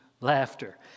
laughter